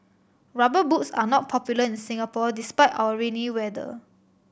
Rubber Boots are not popular in Singapore despite our rainy weather